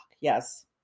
yes